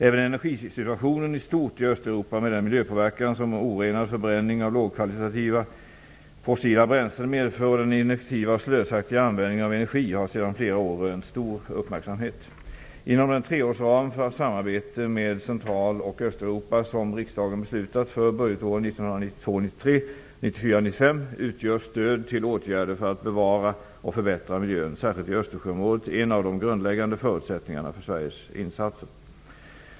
Även energisituationen i stort i Östeuropa, med den miljöpåverkan som orenad förbränning av lågkvalitativa fossila bränslen medför och med den ineffektiva och slösaktiga användningen av energi, har sedan flera år rönt stor uppmärksamhet. Inom den treårsram för samarbete med Centraloch Östeuropa som riksdagen beslutat om för budgetåren 1992 95 utgör stöd till åtgärder för att bevara och förbättra miljön, särskilt i Östersjöområdet, en av de grundläggande förutsättningarna för Sveriges insatser.